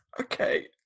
Okay